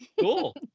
Cool